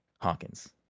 Hawkins